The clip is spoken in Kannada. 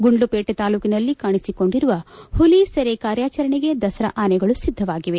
ಗುಂಡ್ಲುಕೇಟೆ ತಾಲೂಕಿನಲ್ಲಿ ಕಾಣಿಸಿಕೊಂಡಿರುವ ಹುಲಿ ಸೆರೆ ಕಾರ್ಯಾಚರಣೆಗೆ ದಸರಾ ಆನೆಗಳು ಸಿದ್ದವಾಗಿವೆ